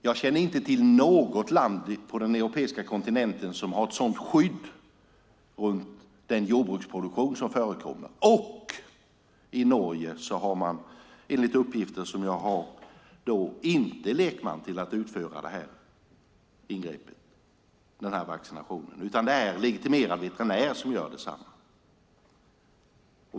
Jag känner inte till något land på den europeiska kontinenten som har ett sådant skydd och den jordbruksproduktion som vi har här. Och i Norge har man, enligt uppgifter som jag fått, inte lekmän till att utföra vaccineringen, utan det är legitimerad veterinär som gör detsamma.